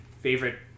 favorite